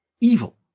evil